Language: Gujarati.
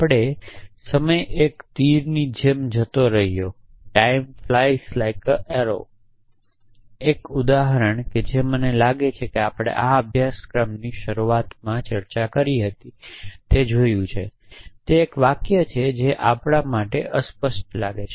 આપણે સમય એક તીર ની જેમ જતો રહ્યોtime fly's like an arrow એક ઉદાહરણ જેની મને લાગે છે કે આપણે અભ્યાસક્રમની શરૂઆતની ચર્ચા કરી હતી તે જોયું કે તે એક વાક્ય છે જે આપણા માટે અસ્પષ્ટ લાગે છે